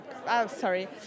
sorry